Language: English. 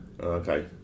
Okay